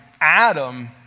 Adam